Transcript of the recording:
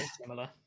similar